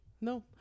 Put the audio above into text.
No